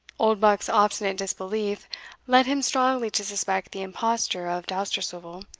oldbuck's obstinate disbelief led him strongly to suspect the imposture of dousterswivel,